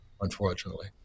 unfortunately